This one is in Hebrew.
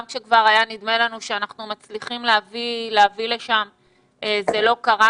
גם כשכבר היה נדמה לנו שאנחנו מצליחים להביא לשם אבל זה לא קרה.